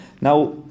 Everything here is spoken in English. now